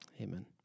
Amen